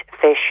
fish